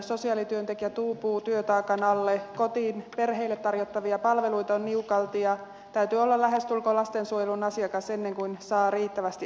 sosiaalityöntekijät uupuvat työtaakan alle kotiin perheille tarjottavia palveluita on niukalti ja täytyy olla lähestulkoon lastensuojelun asiakas ennen kuin saa riittävästi apua